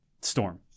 storm